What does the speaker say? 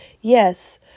yes